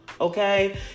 Okay